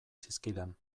zizkidan